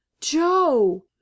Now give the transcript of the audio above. Joe